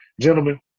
gentlemen